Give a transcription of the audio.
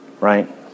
Right